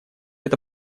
это